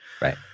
Right